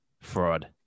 fraud